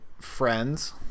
Friends